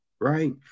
right